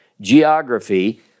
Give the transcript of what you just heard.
geography